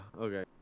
Okay